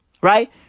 Right